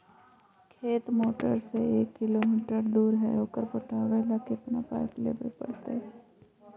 खेत मोटर से एक किलोमीटर दूर है ओकर पटाबे ल केतना पाइप लेबे पड़तै?